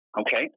Okay